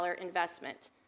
investment